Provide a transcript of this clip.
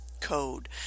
code